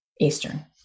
Eastern